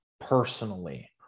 personally